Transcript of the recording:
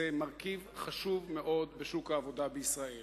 זה מרכיב חשוב מאוד בשוק העבודה בישראל.